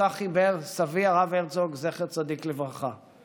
שאותה חיבר סבי, הרב הרצוג, זכר צדיק לברכה: